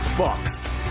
boxed